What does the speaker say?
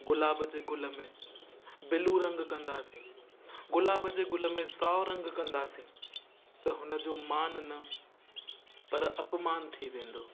गुलाब जे गुल में बिलू रंग कंदासीं गुलाब जे गुल में साओ रंग कंदासीं त हुनजो मान न पिए अपमान थी वेंदो